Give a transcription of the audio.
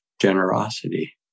generosity